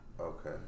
Okay